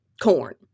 corn